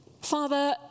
Father